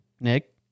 Nick